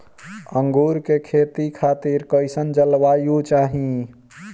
अंगूर के खेती खातिर कइसन जलवायु चाही?